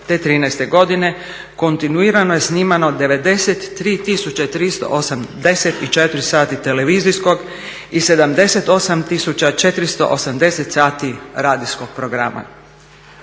Te '13. godine kontinuirano je snimano 93 tisuće 384 sati televizijskog i 78 tisuća 480 sati radijskog programa.